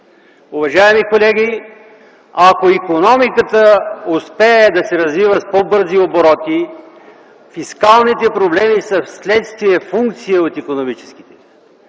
Уважаеми колеги, ако икономиката успее да се развива с по-бързи обороти, фискалните проблеми са вследствие функция от икономическите.